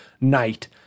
night